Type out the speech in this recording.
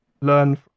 learn